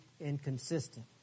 inconsistent